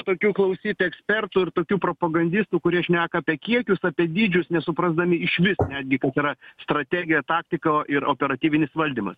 tokių klausyt ekspertų ir tokių propagandistų kurie šneka apie kiekius apie dydžius nesuprasdami išvis netgi kas yra strategija ir taktika ir operatyvinis valdymas